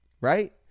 Right